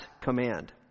command